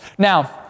Now